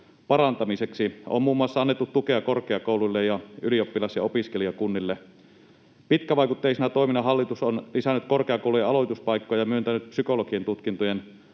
parantamiseksi. On muun muassa annettu tukea korkeakouluille ja ylioppilas‑ ja opiskelijakunnille. Pitkävaikutteisena toimena hallitus on lisännyt korkeakoulujen aloituspaikkoja ja myöntänyt psykologian tutkintojen